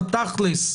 בתכל'ס,